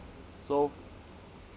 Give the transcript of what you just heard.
so